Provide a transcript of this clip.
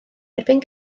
erbyn